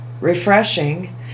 refreshing